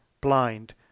blind